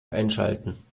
einschalten